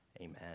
Amen